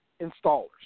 Installers